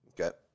Okay